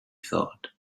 thought